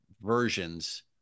versions